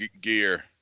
gear